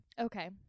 Okay